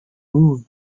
wool